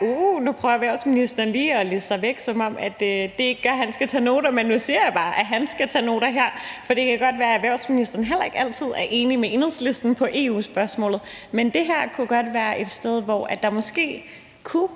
Uh, nu prøver erhvervsministeren lige at liste sig væk, som om det her ikke gør, at han skal tage noter. Men nu siger jeg bare, at han skal tage noter her. For det kan godt være, at erhvervsministeren ikke altid er enig med Enhedslisten på EU-spørgsmålet, men det her kunne godt være et sted, hvor der måske kunne